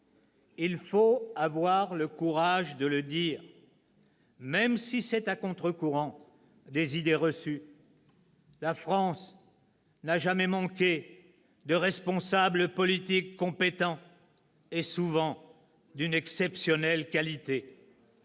Il faut avoir le courage de le dire, même si c'est à contre-courant des idées reçues : la France n'a jamais manqué de responsables politiques compétents et souvent d'une exceptionnelle qualité.